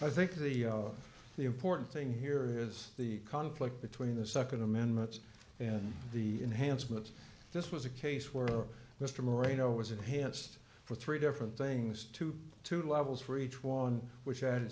think the important thing here is the conflict between the nd amendments and the enhanced but this was a case where a mr moreno was enhanced for three different things to two levels for each one which added